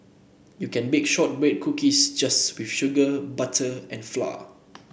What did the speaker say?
you can bake shortbread cookies just with sugar butter and flour